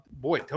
boy